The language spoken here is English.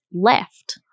left